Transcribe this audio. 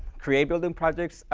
create building projects,